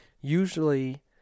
usually